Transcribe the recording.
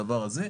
הזה.